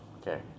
Okay